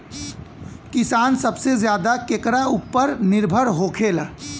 किसान सबसे ज्यादा केकरा ऊपर निर्भर होखेला?